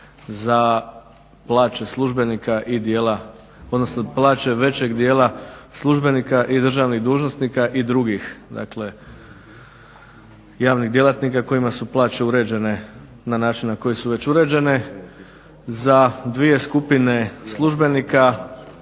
za plaće većeg dijela službenika i državnih dužnosnika i drugih javnih djelatnika kojima su plaće uređene na način na koji su već uređene. Za dvije skupine službenika